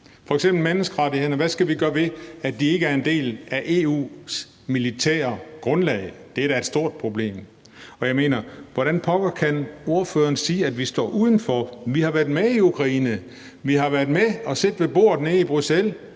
F.eks. menneskerettighederne: Hvad skal vi gøre ved, at de ikke er en del af EU's militære grundlag? Det er da et stort problem. Og jeg mener: Hvordan pokker kan ordføreren sige, at vi står udenfor? Vi har været med i Ukraine, vi har siddet med ved bordet nede i Bruxelles